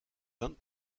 vingt